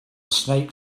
snake